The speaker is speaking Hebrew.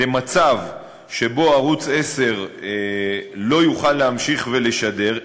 למצב שבו ערוץ 10 לא יוכל להמשיך ולשדר,